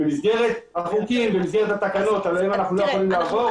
במסגרת החוקים ובמסגרת התקנות עליהם אנחנו לא יכולים לעבור.